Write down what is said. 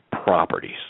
properties